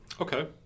Okay